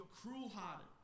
cruel-hearted